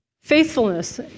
Faithfulness